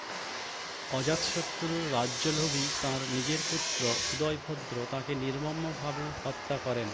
অজাতশত্রুর রাজ্যলোভী তাঁর নিজের পুত্র উদয়ভদ্র তাঁকে নির্মমভাবে হত্যা করেন